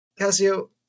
Casio